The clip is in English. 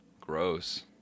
gross